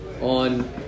on